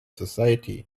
society